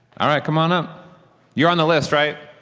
alright, come on up. you're on the list, right?